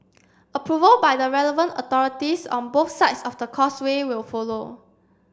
approval by the relevant authorities on both sides of the Causeway will follow